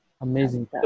Amazing